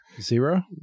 Zero